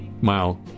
mile